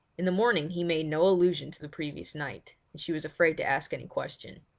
in the morning he made no allusion to the previous night, and she was afraid to ask any question.